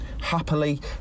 happily